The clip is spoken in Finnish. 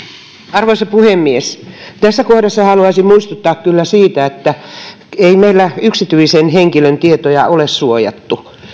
arvoisa puhemies tässä kohdassa haluaisin muistuttaa kyllä siitä että ei meillä yksityisen henkilön tietoja ole suojattu